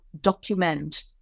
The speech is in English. document